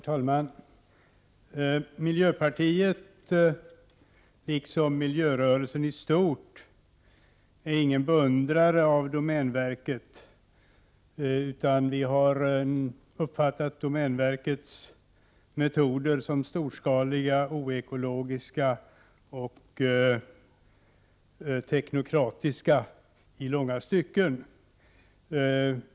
Herr talman! Miljöpartiet, liksom miljörörelsen i stort, är ingen beundrare av domänverket, utan vi har uppfattat domänverkets metoder som i långa stycken storskaliga, oekologiska och teknokratiska.